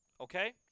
Okay